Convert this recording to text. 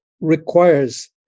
requires